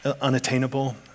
unattainable